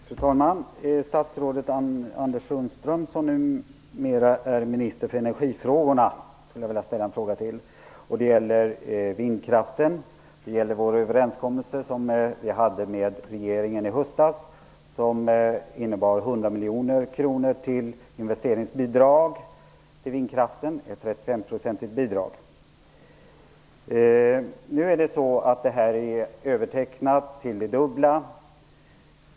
Fru talman! Jag skulle vilja ställa en fråga till statsrådet Anders Sundström, som numera är minister för energifrågorna. Det gäller vindkraften och den överenskommelse vi hade med regeringen i höstas. Den innebar 100 miljoner kronor i investeringsbidrag till vindkraften. Det handlade om ett bidrag på 35 %. Nu är det så att detta är övertecknat till det dubbla.